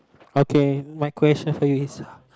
okay my question for you is